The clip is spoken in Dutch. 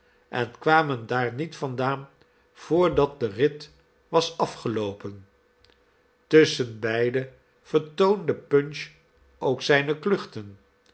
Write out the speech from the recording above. en kwamen daar niet vandaan voordat die rid was afgeloopen tusschenbeide vertoonde punch ook zijne kluchten